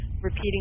Repeating